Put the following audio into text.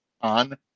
on